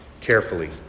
carefully